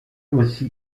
aussi